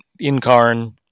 incarn